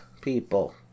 people